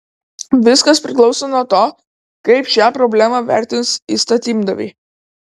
viskas priklauso nuo to kaip šią problemą vertins įstatymdaviai